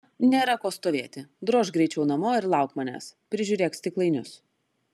na nėra ko stovėti drožk greičiau namo ir lauk manęs prižiūrėk stiklainius